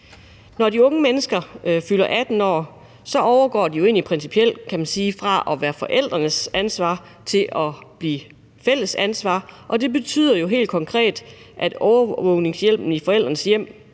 Når de unge mennesker fylder 18 år, overgår de principielt fra at være forældrenes ansvar til at blive fælles ansvar, og det betyder helt konkret, at overvågningshjælpen i forældrenes hjem